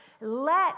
let